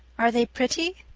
are they pretty?